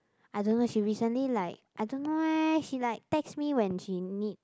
I don't know she recently like I don't know eh she like text me when she need